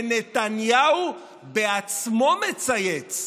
ונתניהו בעצמו צייץ: